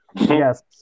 Yes